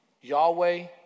Yahweh